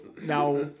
Now